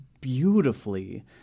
beautifully